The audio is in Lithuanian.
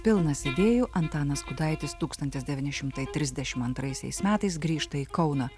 pilnas idėjų antanas gudaitis tūkstantis devyni šimtai trisdešim antraisiais metais grįžta į kauną